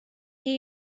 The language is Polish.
nie